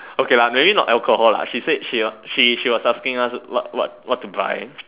okay lah maybe not alcohol lah she said she she she will asking us what what what to buy